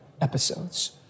episodes